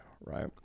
right